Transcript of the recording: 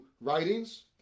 writings